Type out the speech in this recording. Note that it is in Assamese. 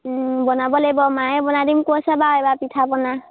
বনাব লাগিব মায়ে বনাই দিম কৈছে বাৰু এইবাৰ পিঠা পনা